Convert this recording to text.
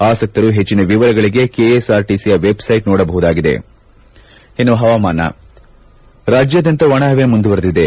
ಆಸಕ್ತರು ಹೆಜ್ಜಿನ ವಿವರಗಳಿಗೆ ಕೆಎಸ್ ಆರ್ ಟಿಸಿಯ ವೆಬ್ ಸೈಟ್ ನೋಡಬಹುದಾಗಿದೆ ರಾಜ್ಯಾದ್ಯಂತ ಒಣ ಪವೆ ಮುಂದುವರಿದಿದೆ